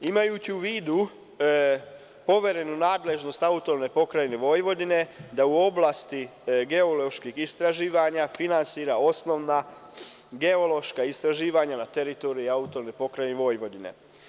Imajući u vidu poverenu nadležnost AP Vojvodine, da u oblasti geoloških istraživanja, finansira osnovna geološka istraživanja na teritoriji AP Vojvodine.